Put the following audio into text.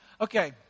Okay